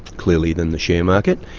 clearly, than the share market.